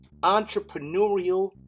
entrepreneurial